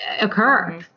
occur